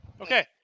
Okay